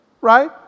right